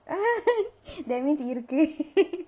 that means இருக்கு:irukku